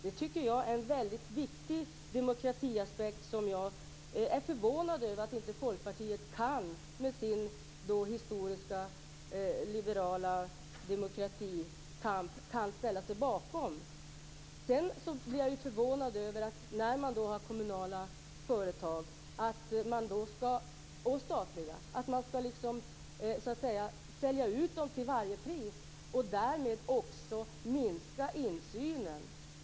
Det tycker jag är en väldigt viktig demokratiaspekt som jag är förvånad över att Folkpartiet med sin historiska liberala demokratikamp inte kan ställa sig bakom. Jag blir förvånad över att kommunala och statliga företag skall säljas ut till varje pris. Därmed minskar också insynen.